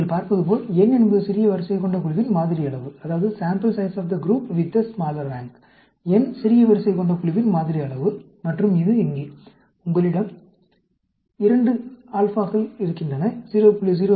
நீங்கள் பார்ப்பதுபோல் n என்பது சிறிய வரிசை கொண்ட குழுவின் மாதிரி அளவு n சிறிய வரிசை கொண்ட குழுவின் மாதிரி அளவு மற்றும் இது இங்கே உங்களிடம் 2 α க்கள் இருக்கின்றன 0